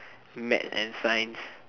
math and science